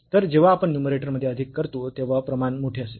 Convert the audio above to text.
तर जेव्हा आपण न्यूमरेटर मध्ये अधिक करतो तेव्हा प्रमाण मोठे असेल